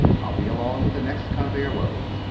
i'll be along with the next conveyer load.